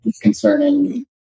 concerning